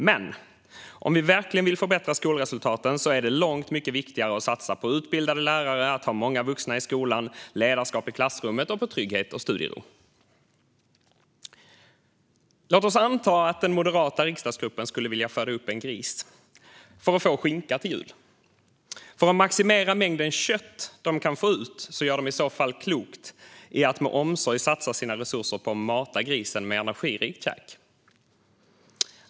Men om vi verkligen vill förbättra skolresultaten är det långt mycket viktigare att satsa på utbildade lärare, att ha många vuxna i skolan, ledarskap i klassrummet och trygghet och studiero. Låt oss anta att den moderata riksdagsgruppen skulle vilja föda upp en gris för att få skinka till jul. För att maximera mängden kött de kan få ut gör de i så fall klokt i att med omsorg satsa sina resurser på att mata grisen med energirikt käk.